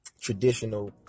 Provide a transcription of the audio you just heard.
traditional